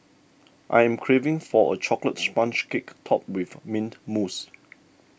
I'm craving for a Chocolate Sponge Cake Topped with Mint Mousse